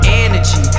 energy